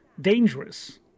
dangerous